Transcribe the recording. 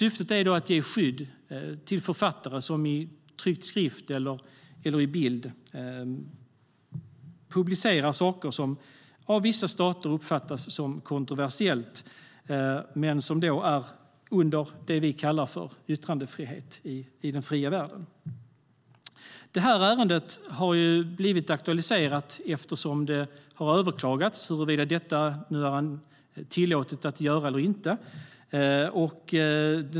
Syftet är att ge skydd till författare som i tryckt skrift eller i bild publicerar saker som av vissa stater uppfattas som kontroversiella men som omfattas av det vi i den fria världen kallar yttrandefrihet. Det här ärendet har blivit aktualiserat eftersom det har överklagats huruvida detta är tillåtet att göra eller inte.